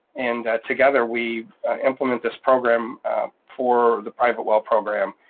and together we implement this program for the private well program,